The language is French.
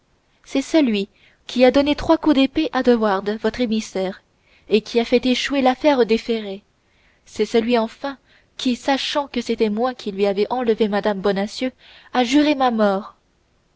c'est celui qui a donné trois coups d'épée à de wardes votre émissaire et qui a fait échouer l'affaire des ferrets c'est celui enfin qui sachant que c'était moi qui lui avais enlevé mme bonacieux a juré ma mort